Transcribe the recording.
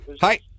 Hi